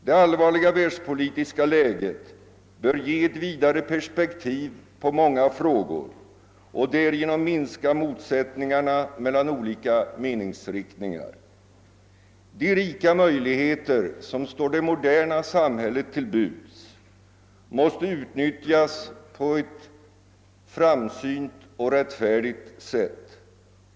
Det allvarliga världspolitiska läget bör ge ett vidare perspektiv på många frågor och därigenom minska motsättningarna mellan olika meningsriktningar. De rika möjligheter, som står det moderna samhället till buds, måste utnyttjas på ett framsynt och rättfärdigt sätt.